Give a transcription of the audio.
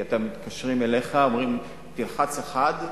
כי מתקשרים אליך, אומרים: תלחץ 1,